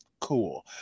Cool